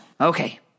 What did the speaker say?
Okay